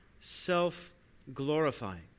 self-glorifying